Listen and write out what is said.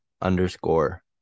underscore